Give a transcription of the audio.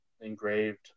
engraved